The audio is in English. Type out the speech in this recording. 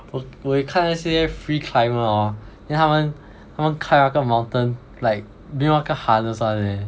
不我有看那些 free climber hor then 他们他们 climb 那个 mountain like 没有那个 harness [one] leh